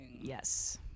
yes